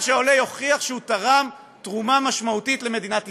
שעולה יוכיח שהוא תרם תרומה משמעותית למדינת ישראל.